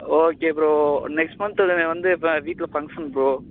okay bro next மந்த்துன வந்து இப்போ வீட்டில ஃபங்க்ஷன் ப்ரோ